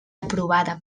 aprovada